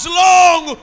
long